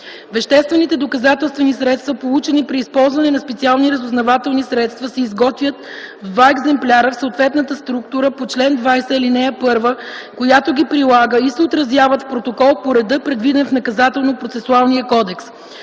Веществените доказателствени средства, получени при използване на специални разузнавателни средства, се изготвят в два екземпляра от съответната структура по чл. 20, ал. 1, която ги прилага, и се отразяват в протокол по реда, предвиден в Наказателно-процесуалния кодекс.